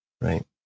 right